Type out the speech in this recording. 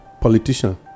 politician